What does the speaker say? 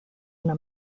una